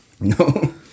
No